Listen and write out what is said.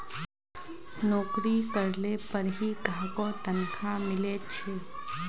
नोकरी करले पर ही काहको तनखा मिले छे